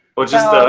or just,